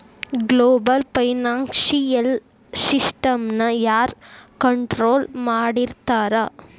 Global financial ಸಿಸ್ಟಮ್ನ ಯಾರ್ control ಮಾಡ್ತಿರ್ತಾರ?